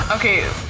Okay